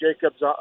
Jacobs